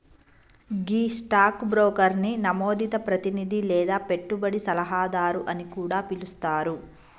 గీ stock బ్రోకర్ని నమోదిత ప్రతినిధి లేదా పెట్టుబడి సలహాదారు అని కూడా పిలుస్తారు